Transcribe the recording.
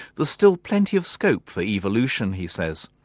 there's still plenty of scope for evolution, he says,